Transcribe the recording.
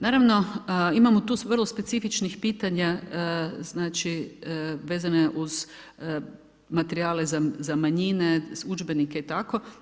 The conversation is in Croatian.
Naravno imamo tu vrlo specifičnih pitanja znači vezane uz materijale za manjine, udžbenike i tako.